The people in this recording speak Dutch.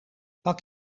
pak